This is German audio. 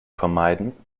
vermeiden